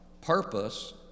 purpose